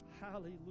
Hallelujah